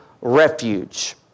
refuge